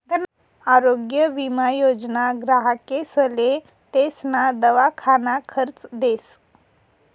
आरोग्य विमा योजना ग्राहकेसले तेसना दवाखाना खर्च देस